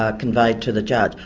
ah conveyed to the judge.